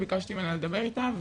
ביקשתי ממנה לדבר איתה.